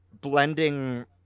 blending